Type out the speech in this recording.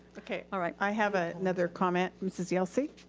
okay, alright, i have ah another comment. mrs. yelsey.